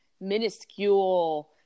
minuscule